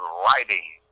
writing